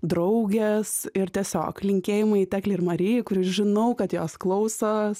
draugės ir tiesiog linkėjimai teklei ir marijai žinau kad jos klausos